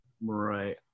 Right